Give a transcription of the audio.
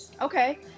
Okay